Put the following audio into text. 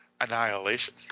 Annihilation